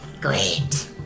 great